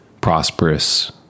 prosperous